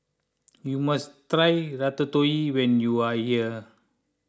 you must try Ratatouille when you are here